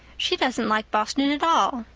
she doesn't like boston at all,